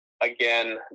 Again